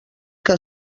que